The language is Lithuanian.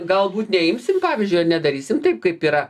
galbūt neimsim pavyzdžio ir nedarysim taip kaip yra